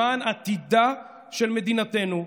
למען עתידה של מדינתנו,